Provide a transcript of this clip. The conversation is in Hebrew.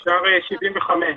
75,